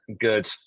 good